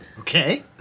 Okay